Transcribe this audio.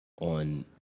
on